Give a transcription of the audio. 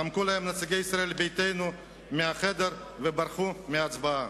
חמקו להם נציגי ישראל ביתנו מהחדר וברחו מההצבעה.